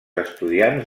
estudiants